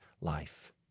life